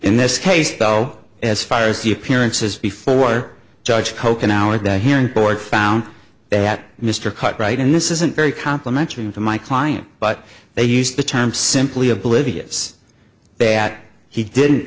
in this case though as far as the appearances before judge coke an hour of the hearing board found that mr cut right in this isn't very complimentary to my client but they used the term simply oblivious that he didn't